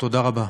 תודה רבה.